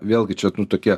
vėlgi čia nu tokie